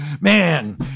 man